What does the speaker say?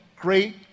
great